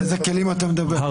על איזה כלים אתה מדבר?